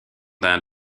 d’un